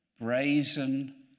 brazen